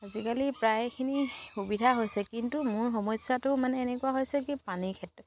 আজিকালি প্ৰায়খিনি সুবিধা হৈছে কিন্তু মোৰ সমস্যাটো মানে এনেকুৱা হৈছে কি পানী ক্ষেত্ৰত